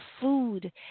food